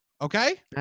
Okay